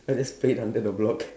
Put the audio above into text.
I just straight under the block